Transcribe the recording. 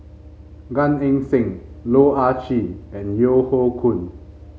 Gan Eng Seng Loh Ah Chee and Yeo Hoe Koon